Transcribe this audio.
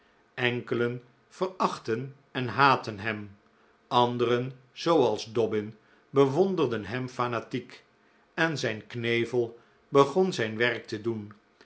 enkelen verachtten en haatten hem anderen zooals dobbin bewonderden hem fanatiek en zijn knevel begon zijn werk te doen